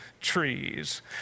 trees